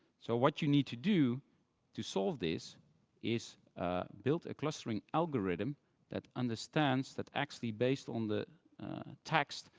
so what you need to do to solve this is build a clustering algorithm that understands, that actually based on the text,